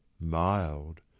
mild